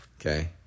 Okay